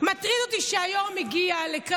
כי הונחה היום על שולחן הכנסת,